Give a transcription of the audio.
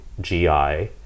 GI